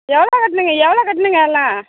எவ்வளோ கட்டணுங்க எவ்வளோ கட்டணுங்க எல்லாம்